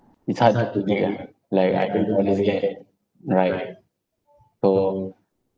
it's hard to predict ah like I this right so